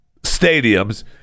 stadiums